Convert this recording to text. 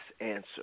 answer